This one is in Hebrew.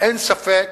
אין ספק